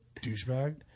douchebag